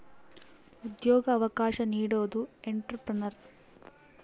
ಉದ್ಯೋಗ ಅವಕಾಶ ನೀಡೋದು ಎಂಟ್ರೆಪ್ರನರ್